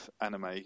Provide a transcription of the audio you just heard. anime